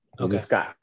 Okay